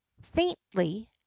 faintly